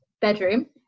bedroom